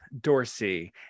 Dorsey